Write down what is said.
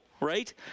Right